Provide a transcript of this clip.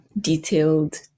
detailed